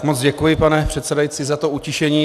Moc děkuji, pane předsedající, za to utišení.